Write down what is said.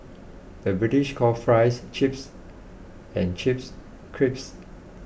the British calls Fries Chips and Chips Crisps